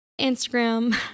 Instagram